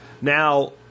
Now